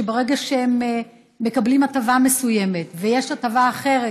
שברגע שהם מקבלים הטבה מסוימת ויש הטבה אחרת,